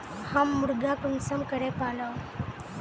हम मुर्गा कुंसम करे पालव?